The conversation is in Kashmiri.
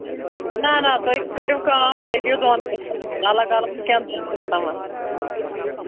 نہ نہ تُہۍ کٔرِو کٲم تُہۍ دِیِو دۄن قٕستَن الگ الگ نہٕ کینٛہہ دۄن قٕستن منٛز